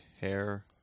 hair